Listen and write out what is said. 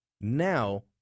now